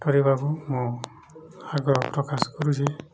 କରିବାକୁ ମୁଁ ଆଗ୍ରହ ପ୍ରକାଶ କରୁଛିି